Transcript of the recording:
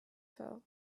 fell